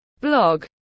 blog